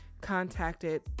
contacted